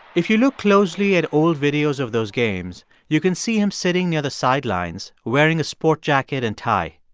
if you look closely at old videos of those games, you can see him sitting near the sidelines wearing a sport jacket and tie.